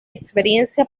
experiencia